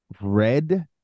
red